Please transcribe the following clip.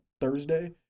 Thursday